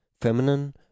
feminine